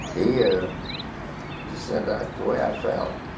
he ah just said, that's the way i felt.